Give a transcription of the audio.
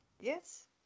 Yes